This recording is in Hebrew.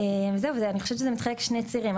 וזהו, אני חושבת שזה מתחלק לשני צירים.